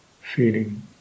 feeling